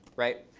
right?